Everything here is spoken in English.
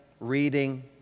reading